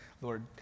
Lord